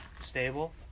stable